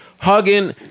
hugging